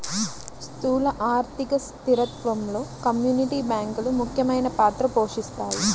స్థూల ఆర్థిక స్థిరత్వంలో కమ్యూనిటీ బ్యాంకులు ముఖ్యమైన పాత్ర పోషిస్తాయి